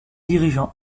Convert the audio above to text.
dirigeant